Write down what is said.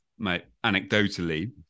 anecdotally